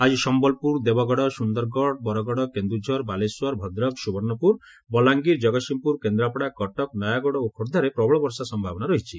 ଆକି ସମ୍ପଲପୁର ଦେବଗଡ଼ ସୁନ୍ଦରଗଡ଼ ବରଗଡ଼ କେନ୍ଦୁଝର ବାଲେଶ୍ୱର ଭଦ୍ରକ ସୁବର୍ଷପୁର ବଲାଙ୍ଗିର ଜଗତ୍ସିଂହପୁର କେନ୍ଦାପଡ଼ା କଟକ ନୟାଗଡ଼ ଓ ଖୋର୍ବ୍ଦାରେ ପ୍ରବଳ ବର୍ଷା ସମ୍ଭାବନା ରହିଛି